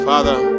Father